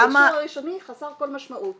האישור הראשוני חסר כל משמעות.